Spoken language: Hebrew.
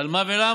על מה ולמה,